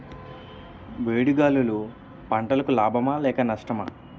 వేడి గాలులు పంటలకు లాభమా లేక నష్టమా?